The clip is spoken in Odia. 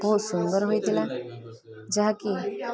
ବହୁତ ସୁନ୍ଦର ହୋଇଥିଲା ଯାହାକି